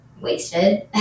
wasted